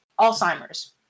Alzheimer's